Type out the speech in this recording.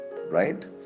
right